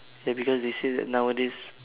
ya because they say that nowadays